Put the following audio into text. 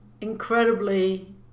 Incredibly